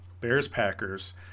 Bears-Packers